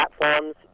platforms